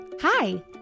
Hi